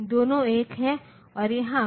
हालांकि वहाँ एक समस्या है